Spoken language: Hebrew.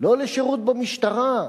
לא לשירות במשטרה,